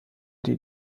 die